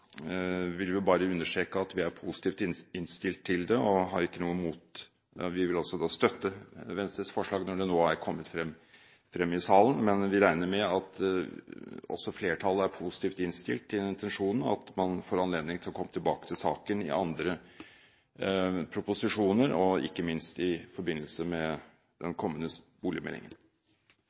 vil vi bare understreke at vi er positivt innstilt til det. Vi vil altså støtte Venstres forslag når det nå er kommet frem i salen. Vi regner med at også flertallet er positivt innstilt til intensjonen, og at man får anledning til å komme tilbake til saken i andre proposisjoner, ikke minst i forbindelse med den kommende boligmeldingen.